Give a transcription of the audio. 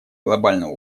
глобального